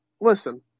listen